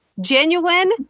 genuine